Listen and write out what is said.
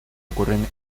ocurren